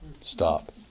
stop